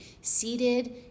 seated